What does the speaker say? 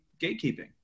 gatekeeping